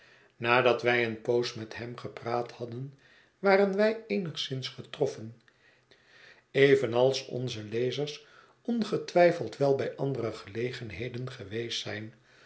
nadat wij een poos met hem gepraat hadden waren wij eenigszins getroffen evenals onze lezers ongetwijfeld wel bij andere gelegenheden geweest zijn